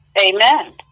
Amen